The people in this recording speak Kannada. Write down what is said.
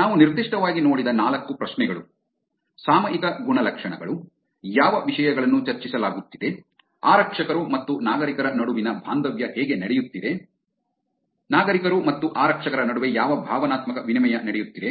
ನಾವು ನಿರ್ದಿಷ್ಟವಾಗಿ ನೋಡಿದ ನಾಲ್ಕು ಪ್ರಶ್ನೆಗಳು ಸಾಮಯಿಕ ಗುಣಲಕ್ಷಣಗಳು ಯಾವ ವಿಷಯಗಳನ್ನು ಚರ್ಚಿಸಲಾಗುತ್ತಿದೆ ಆರಕ್ಷಕರು ಮತ್ತು ನಾಗರಿಕರ ನಡುವಿನ ಬಾಂಧವ್ಯ ಹೇಗೆ ನಡೆಯುತ್ತಿದೆ ನಾಗರಿಕರು ಮತ್ತು ಆರಕ್ಷಕರ ನಡುವೆ ಯಾವ ಭಾವನಾತ್ಮಕ ವಿನಿಮಯ ನಡೆಯುತ್ತಿದೆ